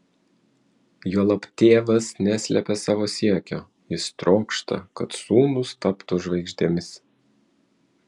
juolab tėvas neslepia savo siekio jis trokšta kad sūnūs taptų žvaigždėmis